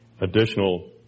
additional